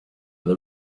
they